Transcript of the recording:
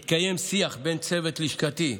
התקיים שיח בין צוות לשכתי,